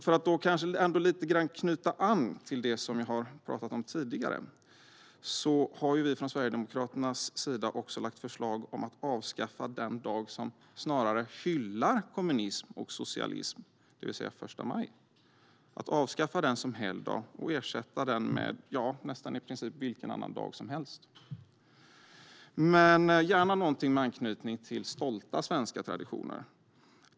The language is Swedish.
För att lite grann knyta an till det som jag har talat om tidigare har Sverigedemokraterna också lagt fram ett förslag om att avskaffa den dag som snarare hyllar kommunism och socialism, det vill säga första maj. Vi vill avskaffa den som helgdag och ersätta den med nästan i princip vilken annan dag som helst. Det får förstås gärna vara något med anknytning till stolta svenska traditioner.